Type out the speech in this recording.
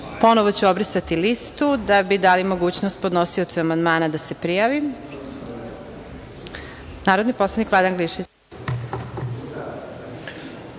reč? Ponovo ću obrisati listu da bi dali mogućnost podnosiocu amandmana da se prijavi. Narodni